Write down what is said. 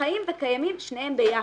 חיים וקיימים שניהם ביחד.